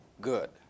good